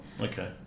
Okay